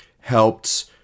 helped